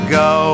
go